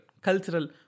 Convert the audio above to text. cultural